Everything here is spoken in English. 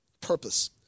purpose